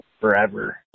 forever